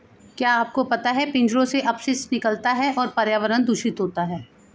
क्या आपको पता है पिंजरों से अपशिष्ट निकलता है तो पर्यावरण दूषित होता है?